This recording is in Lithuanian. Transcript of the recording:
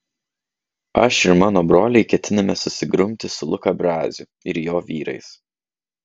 aš ir mano broliai ketiname susigrumti su luka braziu ir jo vyrais